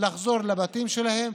יחזרו לבתים שלהם,